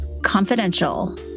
Confidential